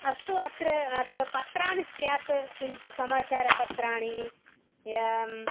अस्तु अत्र अत्र पत्राणि स्यात् किञ्चित् समाचारपत्राणि